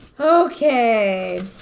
Okay